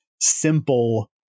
simple